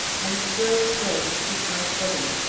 and strove so to keep my footing.